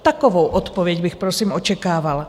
Takovou odpověď bych prosím očekávala.